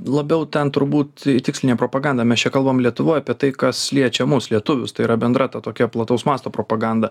labiau ten turbūt tikslinė propaganda mes čia kalbam lietuvoje apie tai kas liečia mus lietuvius tai yra bendra ta tokia plataus masto propaganda